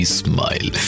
smile